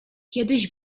kiedyś